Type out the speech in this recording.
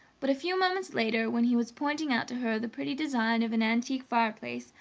but a few moments later, when he was pointing out to her the pretty design of an antique fireplace,